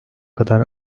kadar